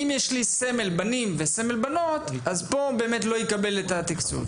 אם יש לי סמל של בנים וסמל של בנות פה לא יקבלו את התקצוב.